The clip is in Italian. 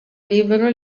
libero